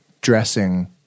dressing